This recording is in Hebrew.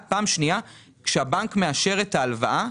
כשהבנק מאשר את ההלוואה,